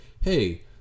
Hey